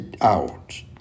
out